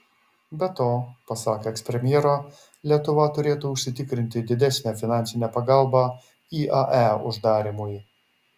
be to pasak ekspremjero lietuva turėtų užsitikrinti didesnę finansinę pagalbą iae uždarymui